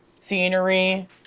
scenery